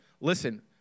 listen